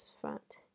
front